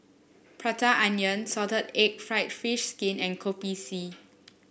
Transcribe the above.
Prata Onion Salted Egg fried fish skin and Kopi C